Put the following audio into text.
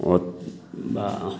ओ